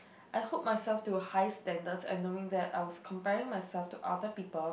I hold myself to high standards and knowing that I was comparing myself to other people